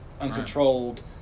uncontrolled